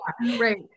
Right